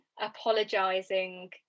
apologising